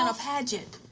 ah pageant.